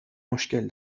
مشکل